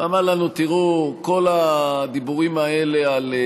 הוא אמר לנו: תראו, כל הדיבורים האלה על: